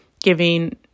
giving